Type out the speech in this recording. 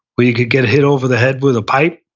where you could get hit over the head with a pipe,